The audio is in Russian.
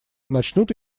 начнут